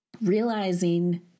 realizing